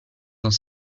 dans